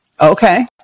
Okay